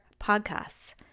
podcasts